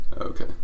Okay